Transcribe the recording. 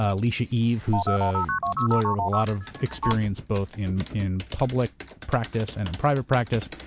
ah leecia eve who is a lawyer with a lot of experience both in in public practice and in private practice,